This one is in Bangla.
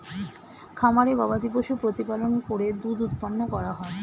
খামারে গবাদিপশু প্রতিপালন করে দুধ উৎপন্ন করা হয়